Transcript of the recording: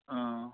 অ'